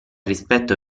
rispetto